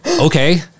Okay